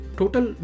total